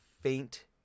faint